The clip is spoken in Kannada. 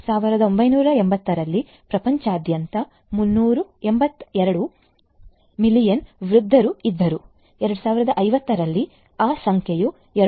1980 ರಲ್ಲಿ ಪ್ರಪಂಚದಾದ್ಯಂತ 382 ಮಿಲಿಯನ್ ವೃದ್ಧರು ಇದ್ದರು 2050 ರಲ್ಲಿ ಆ ಸಂಖ್ಯೆ 2